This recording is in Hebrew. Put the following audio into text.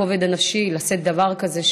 הכובד הנפשי לשאת דבר כזה,